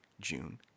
June